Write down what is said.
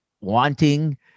wanting